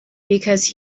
because